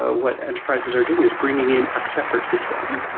ah what enterprises are doing is bringing in a separate system,